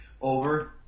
over